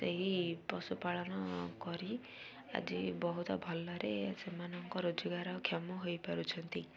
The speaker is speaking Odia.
ସେହି ପଶୁପାଳନ କରି ଆଜି ବହୁତ ଭଲରେ ସେମାନଙ୍କ ରୋଜଗାରକ୍ଷମ ହୋଇପାରୁଛନ୍ତି